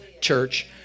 church